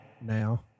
now